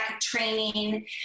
training